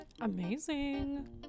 amazing